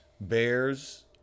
Bears